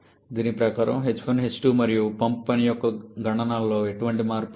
దీని ప్రకారం h1 h2 మరియు పంప్ పని యొక్క గణనలలో ఎటువంటి మార్పు లేదు